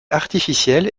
artificielle